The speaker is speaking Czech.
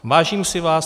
Vážím si vás.